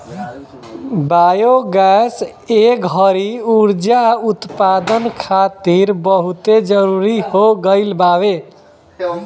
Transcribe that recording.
biogas ए घड़ी उर्जा उत्पदान खातिर बहुते जरुरी हो गईल बावे